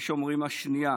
יש אומרים השני,